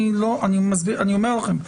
אני אומר לכם,